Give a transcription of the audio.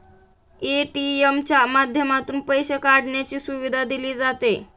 ATM च्या माध्यमातून पैसे काढण्याची सुविधा दिली जाते